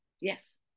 Yes